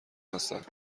هستند